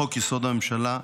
לחוק-יסוד: הממשלה,